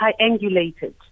triangulated